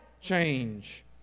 change